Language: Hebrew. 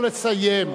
תנו לו לסיים.